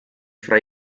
fra